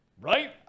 Right